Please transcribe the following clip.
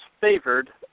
favored